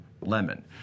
Lemon